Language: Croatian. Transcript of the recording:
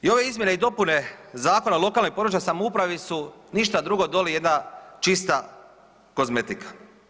I ove izmjene i dopune Zakona o lokalnoj i područnoj samoupravi su ništa drugo doli jedna čista kozmetika.